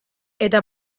eta